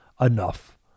enough